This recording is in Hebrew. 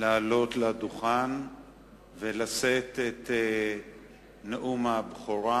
לעלות לדוכן ולשאת את נאום הבכורה,